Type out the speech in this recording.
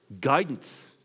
guidance